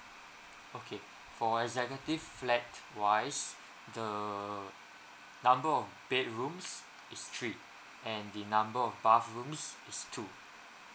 okay for executive flat wise the number of bedrooms is three and the number of bathrooms is two